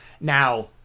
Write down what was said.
Now